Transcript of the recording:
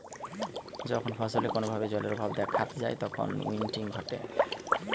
যখন ফসলে কোনো ভাবে জলের অভাব দেখাত যায় তখন উইল্টিং ঘটে